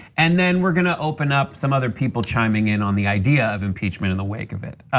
and then we're gonna open up some other people chiming in on the idea of impeachment in the wake of it.